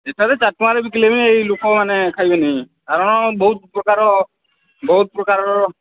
ଏଠାରେ ଚାରି ଟଙ୍କାରେ ବିକିଲେ ବିି ଏଇ ଲୋକମାନେ ଖାଇବେନି କାରଣ ବହୁତ ପ୍ରକାର ବହୁତ ପ୍ରକାର